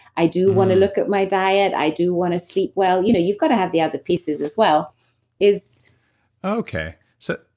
i do want to look at my diet. i do want to sleep well. you know you've got to have the other pieces as well is okay. so,